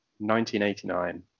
1989